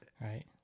Right